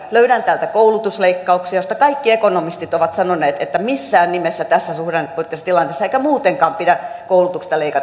löydän täältä koulutusleikkauksia joista kaikki ekonomistit ovat sanoneet että missään nimessä ei tässä suhdannepoliittisessa tilanteessa eikä muutenkaan pidä koulutuksesta leikata